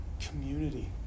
community